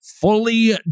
fully